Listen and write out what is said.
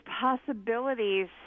possibilities